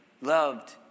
Loved